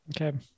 Okay